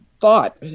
thought